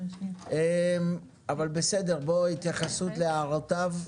אבל בסדר, בואו תתנו התייחסות להערותיו.